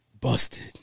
Busted